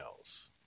else